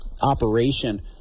operation